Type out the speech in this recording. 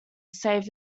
save